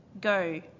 Go